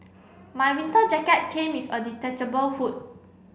my winter jacket came with a detachable hood